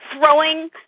throwing